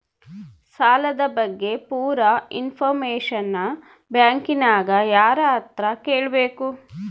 ಸಾಲದ ಬಗ್ಗೆ ಪೂರ ಇಂಫಾರ್ಮೇಷನ ಬ್ಯಾಂಕಿನ್ಯಾಗ ಯಾರತ್ರ ಕೇಳಬೇಕು?